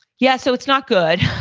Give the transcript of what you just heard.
yeah so it's not good.